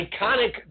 iconic